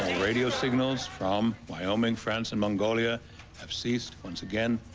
radio signals from wyoming, france and mongolia have ceased. once again,